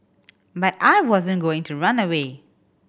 but I wasn't going to run away